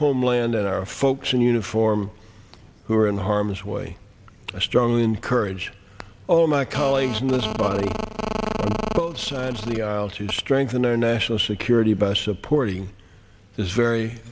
homeland and our folks in uniform who are in harm's way i strongly encourage all my colleagues in this body both sides of the aisle to strengthen our national security by supporting this very